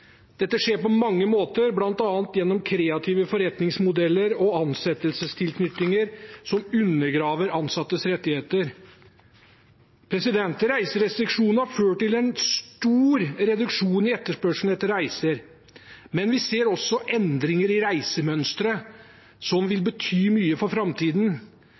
Dette skjer på mange måter, bl.a. gjennom kreative forretningsmodeller og ansettelsestilknytninger som undergraver ansattes rettigheter. Reiserestriksjonene har ført til en stor reduksjon i etterspørselen etter reiser. Men vi ser også endringer i reisemønstre, noe som vil bety mye for framtiden.